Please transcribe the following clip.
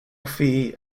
fee